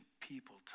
people